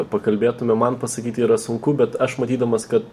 pakalbėtume man pasakyti yra sunku bet aš matydamas kad